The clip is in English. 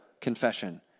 confession